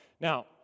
Now